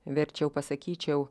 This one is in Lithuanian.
verčiau pasakyčiau